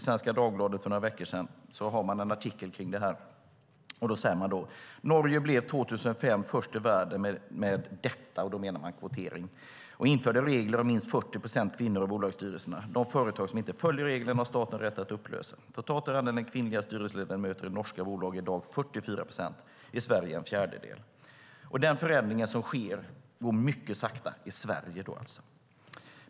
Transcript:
Svenska Dagbladet hade för några veckor sedan en artikel om kvotering. Där stod det: "Norge blev 2005 först i världen med detta när man införde regler om minst 40 procent kvinnor i bolagsstyrelserna. De företag som inte följer reglerna har staten rätt att upplösa. Totalt är andelen kvinnliga styrelseledamöter i norska bolag i dag 44 procent - i Sverige bara en fjärdedel. Och den förändring som sker går mycket sakta.